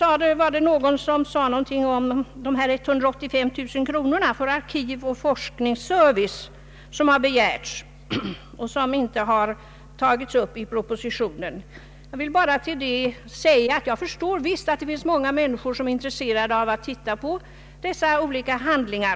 Sedan tog någon upp frågan om de 185 000 kronorna för arkivoch forskningsservice, som har begärts och som inte har medtagits i propositionen. Jag förstår att många människor är intresserade av att studera olika arkivhandlingar.